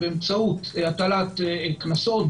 באמצעות הטלת קנסות,